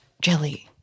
Jelly